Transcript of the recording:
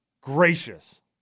gracious